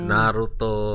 Naruto